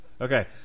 Okay